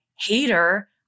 hater